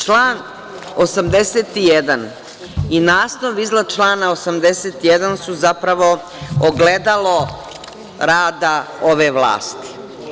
Član 81. i naslov iznad člana 81. su zapravo ogledalo rada ove vlasti.